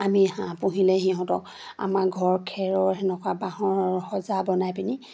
আমি হাঁহ পুহিলে সিহঁতক আমাৰ ঘৰ খেৰৰ সেনেকুৱা বাঁহৰ সজা বনাই পিনি